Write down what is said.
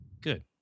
Good